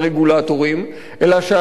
אלא שהרגולטור הסביבתי,